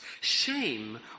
shame